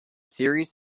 series